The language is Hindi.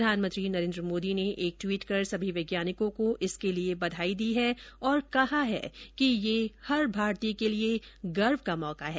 प्रधानमंत्री नरेन्द्र मोदी ने एक ट्वीट कर सभी वैज्ञानिकों को इसके लिए बधाई दी है और कहा है कि ये हर भारतीय के लिए गर्व का मौका है